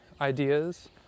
ideas